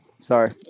sorry